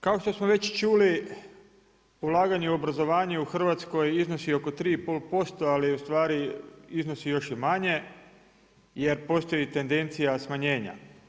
Kao što smo već čuli, ulaganje u obrazovanje u Hrvatskoj iznosi oko 3,5%, ali ustvari, iznosi još i manje, jer postoji tendencija smanjenja.